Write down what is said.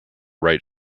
right